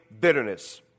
bitterness